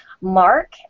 Mark